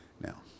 Now